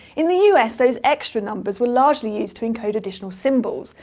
in the us, those extra numbers were largely used to encode additional symbols,